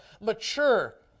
mature